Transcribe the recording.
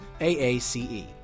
AACE